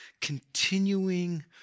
continuing